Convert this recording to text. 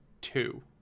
two